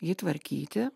jį tvarkyti